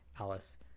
Alice